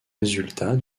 résultat